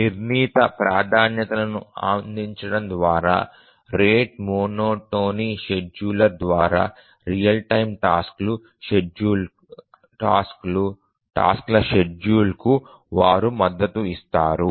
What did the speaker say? నిర్ణీత ప్రాధాన్యతలను అందించడం ద్వారా రేటు మోనోటోనీ షెడ్యూలర్ ద్వారా రియల్ టైమ్ టాస్క్ ల షెడ్యూల్కు వారు మద్దతు ఇస్తారు